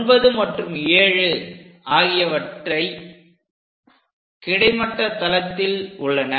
9 மற்றும் 7 ஆகியவற்றை கிடைமட்ட தளத்தில் உள்ளன